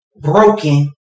broken